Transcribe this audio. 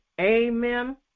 Amen